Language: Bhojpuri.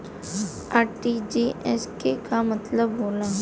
आर.टी.जी.एस के का मतलब होला?